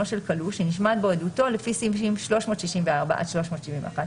של כלוא שנשמעת בו עדותו לפי סעיפים 364 עד 371,